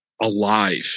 alive